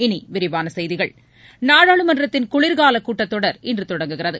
இனி விரிவான செய்திகள் நாடாளுமன்றத்தின் குளிர்கால கூட்டத்தொடர் இன்று தொடங்குகிறது